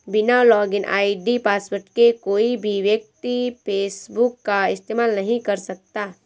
बिना login ID password के कोई भी व्यक्ति फेसबुक का इस्तेमाल नहीं कर सकता